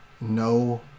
no